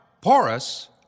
porous